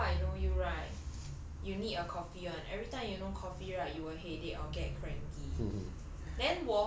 but from how I know you right you need a coffee [one] and everytime you no coffee right you will headache or get cranky